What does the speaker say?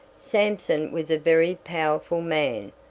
sampson was a very powerful man,